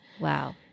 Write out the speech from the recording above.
Wow